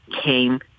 came